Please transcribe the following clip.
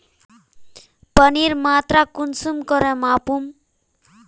पानीर मात्रा कुंसम करे मापुम?